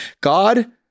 god